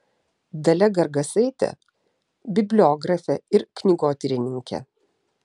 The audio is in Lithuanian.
dalia gargasaitė bibliografė ir knygotyrininkė